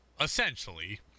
essentially